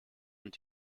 und